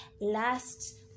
last